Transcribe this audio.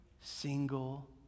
single